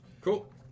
Cool